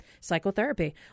psychotherapy